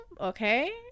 okay